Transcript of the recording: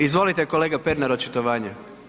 Izvolite kolega Pernar, očitovanje.